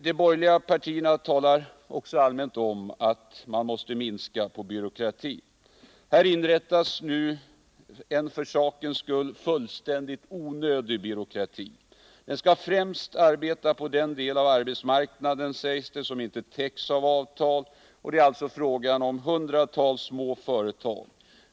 De borgerliga partierna talar allmänt om att man måste minska på byråkratin. Här inrättas nu en för sakens skull fullständigt onödig byråkrati. Den skall främst arbeta på den del av arbetsmarknaden, sägs det, som inte täcks av avtal, och det är alltså fråga om hundratals små företag.